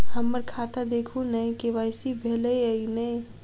हम्मर खाता देखू नै के.वाई.सी भेल अई नै?